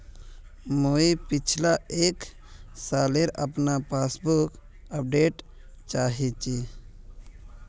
मुई पिछला एक सालेर अपना पासबुक अपडेट चाहची?